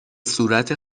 صورت